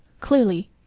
Clearly